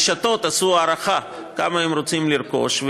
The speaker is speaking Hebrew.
הרשתות עשו הערכה כמה הן רוצות לרכוש,